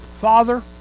Father